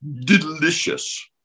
delicious